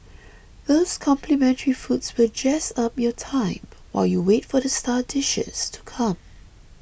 those complimentary foods will jazz up your time while you wait for the star dishes to come